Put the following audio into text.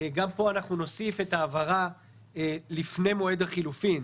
גם פה נוסיף את ההבהרה "לפני מועד החילופים",